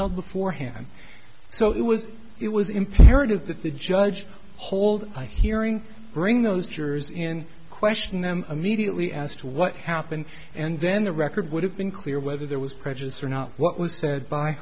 held before him so it was it was imperative that the judge hold my hearing bring those jurors in question them immediately asked what happened and then the record would have been clear whether there was prejudice or not what was said by